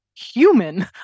human